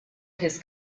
his